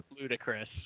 ludicrous